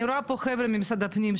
אני רואה פה חבר'ה ממשרד הפנים,